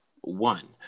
one